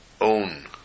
own